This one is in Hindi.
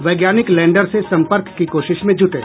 वैज्ञानिक लैंडर से संपर्क की कोशिश में जुटे